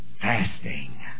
fasting